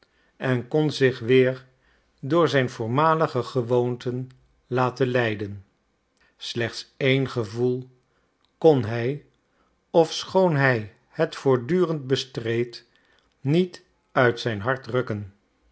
en kon zich weer door zijn voormalige gewoonten laten leiden slechts één gevoel kon hij ofschoon hij het voortdurend bestreed niet uit zijn hart rukken